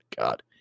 God